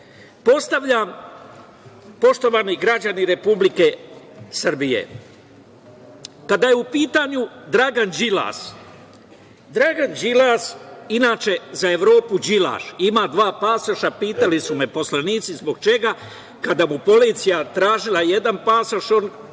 doveli? Postavljam, poštovani građani Republike Srbije, kada je u pitanju Dragan Đilas, inače za Evropu "Đilaš", ima dva pasoša, pitali su me poslanici zbog čega, kada mu policija tražila jedan pasoš on